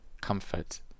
comfort